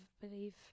believe